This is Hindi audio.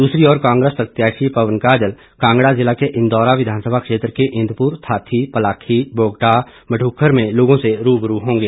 दूसरी ओर कांग्रेस प्रत्याशी पवन काजल कांगड़ा जिला के इंदौरा विधानसभा क्षेत्र के इंदपुर थाथी पलाखी बोगटा बडूखर में लोगों से रूबरू होंगे